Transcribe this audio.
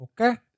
Okay